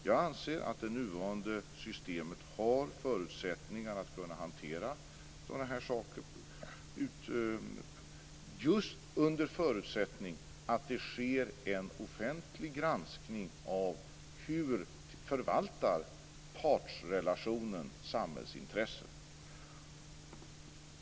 Jag anser att det nuvarande systemet har förutsättningar att kunna hantera sådana här saker - just under förutsättning att det sker en offentlig granskning av hur partsrelationen förvaltar samhällsintresset.